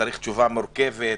שצריך תשובה מורכבת,